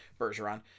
Bergeron